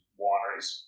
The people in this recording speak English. wineries